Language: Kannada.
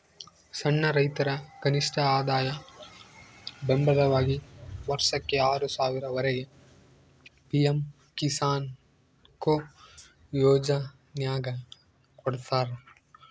ಸಣ್ಣ ರೈತರ ಕನಿಷ್ಠಆದಾಯ ಬೆಂಬಲವಾಗಿ ವರ್ಷಕ್ಕೆ ಆರು ಸಾವಿರ ವರೆಗೆ ಪಿ ಎಂ ಕಿಸಾನ್ಕೊ ಯೋಜನ್ಯಾಗ ಕೊಡ್ತಾರ